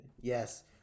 Yes